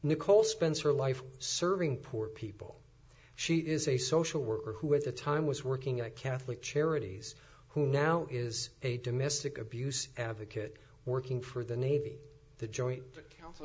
nicole spends her life serving poor people she is a social worker who at the time was working at catholic charities who now is a domestic abuse advocate working for the navy the joint coun